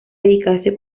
dedicarse